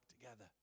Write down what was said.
together